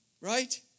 Right